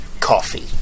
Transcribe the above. coffee